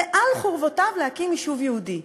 ועל חורבותיו להקים יישוב יהודי.